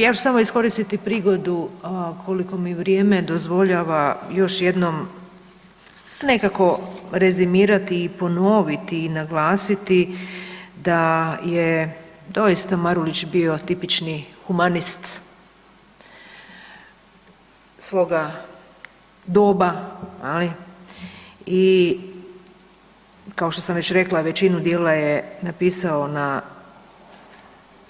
Ja ću samo iskoristiti prigodu koliko mi vrijeme dozvoljava još jednom nekako rezimirati, ponoviti i naglasiti da je doista Marulić bio tipični humanist svoga doba i kao što sam već rekla većinu djela je napisao na